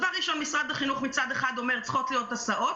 משרד החינוך אומר שצריכות להיות הסעות,